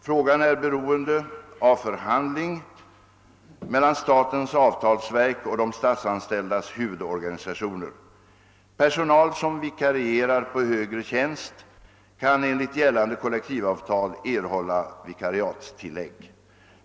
Frågan är beroende av förhandling mellan statens avtalsverk och de statsanställdas huvudorganisationer. Personal som vikarierar på högre tjänst kan enligt gällande kollektivavtal erhålla vikariatstillägg.